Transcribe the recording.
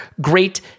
great